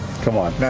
come on,